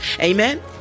Amen